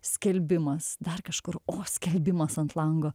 skelbimas dar kažkur o skelbimas ant lango